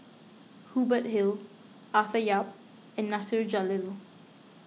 Hubert Hill Arthur Yap and Nasir Jalil